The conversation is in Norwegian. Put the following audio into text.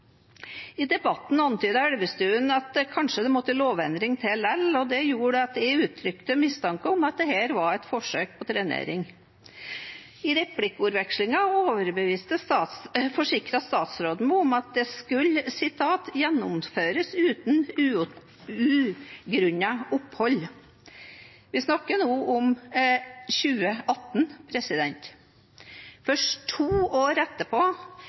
I debatten antydet Elvestuen at det kanskje måtte lovendring til lell, og det gjorde at jeg uttrykte mistanke om at dette var et forsøk på trenering. I replikkvekslingen forsikret statsråden meg om at det skulle gjennomføres «uten ugrunnet opphold». Vi snakker nå om 2018. Først to år etterpå